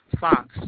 Fox